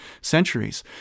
centuries